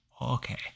Okay